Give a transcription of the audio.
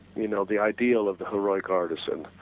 you know the ideal of the heroic artisan,